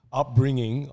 upbringing